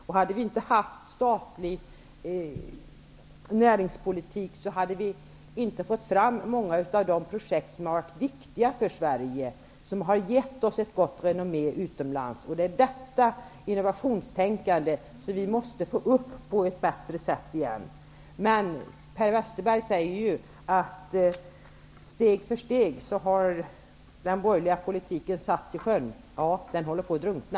Om vi inte hade haft en statlig näringspolitik skulle många av de projekt som har varit viktiga för Sverige, och som har gett ett gott renommé utomlands, inte ha kommit fram. Det är detta innovationstänkande som på ett bättre sätt måste komma fram igen. Men Per Westerberg säger ju att den borgerliga politiken steg för steg har satts i sjön. Ja, den håller på att drunkna.